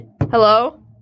Hello